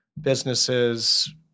businesses